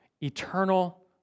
eternal